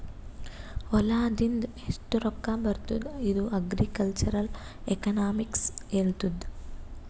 ಹೊಲಾದಿಂದ್ ಎಷ್ಟು ರೊಕ್ಕಾ ಬರ್ತುದ್ ಇದು ಅಗ್ರಿಕಲ್ಚರಲ್ ಎಕನಾಮಿಕ್ಸ್ ಹೆಳ್ತುದ್